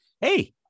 hey